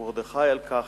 מרדכי אלקחי,